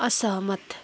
असहमत